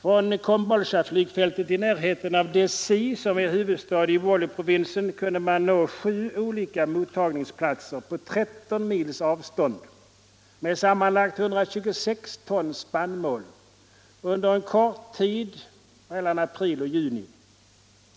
Från Kombolchaflygfältet i närheten av Dessie, som är huvudstad i Wolloprovinsen, kunde man nå sju olika mottagningsplatser på 13 mils avstånd med sammanlagt 126 ton spannmål under en kort tid mellan april och juni